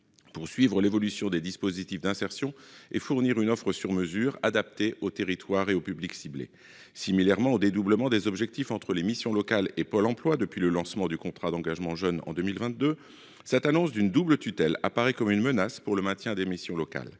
Pour suivre l'évolution des dispositifs d'insertion et fournir une offre sur mesure adapté au territoire et au public ciblé 6000 errements au dédoublement des objectifs entre les missions locales et Pôle emploi depuis le lancement du contrat d'engagement jeune en 2022. Cette annonce d'une double tutelle apparaît comme une menace pour le maintien des missions locales.